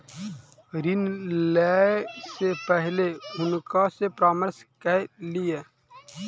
ऋण लै से पहिने हुनका सॅ परामर्श कय लिअ